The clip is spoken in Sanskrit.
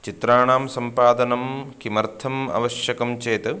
चित्राणां सम्पादनं किमर्थम् आवश्यकं चेत्